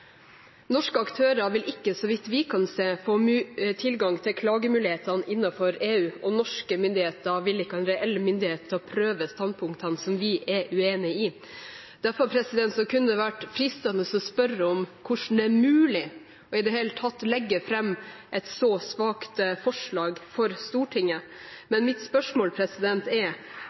Norske aktører vil ikke, så vidt vi kan se, få tilgang til klagemulighetene innenfor EU, og norske myndigheter vil ikke ha en reell mulighet til å prøve standpunktene som vi er uenig i. Derfor kunne det vært fristende å spørre hvordan det er mulig i det hele tatt å legge fram et så svakt forslag for Stortinget. Men mitt spørsmål er: